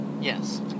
Yes